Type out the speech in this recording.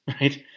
right